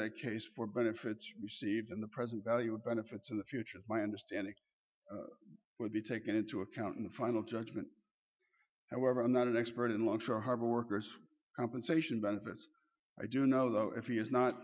act case for benefits received in the present value of benefits of the future my understanding would be taken into account in the final judgment however i'm not an expert in luxor harbor workers compensation benefits i do know though if he is not